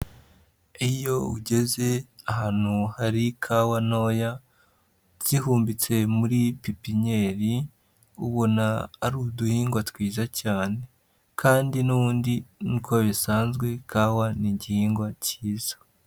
Iyo ugeze ahantu hari kawa ntoya zihumbitse muri pipinyeri, ubona ari uduhingwa twiza cyane kandi n'ubundi nk'uko bisanzwe kawa ni igihingwa cyiza.